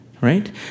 right